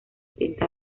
tinta